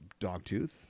Dogtooth